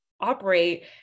operate